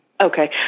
Okay